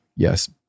Yes